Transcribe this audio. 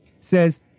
says